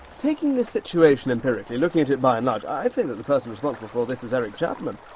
taking this situation empirically looking at it by and large i'd say that the person responsible for all this is eric chapman.